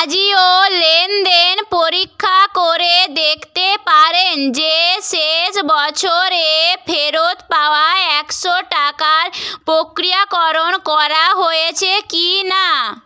আজিও লেনদেন পরীক্ষা করে দেখতে পারেন যে শেষ বছরে ফেরত পাওয়া একশো টাকার পক্রিয়াকরণ করা হয়েছে কি না